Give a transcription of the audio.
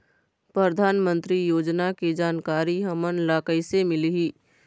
परधानमंतरी योजना के जानकारी हमन ल कइसे मिलही?